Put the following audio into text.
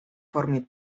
formie